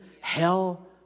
hell